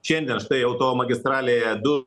šiandien štai automagistralėje du